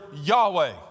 Yahweh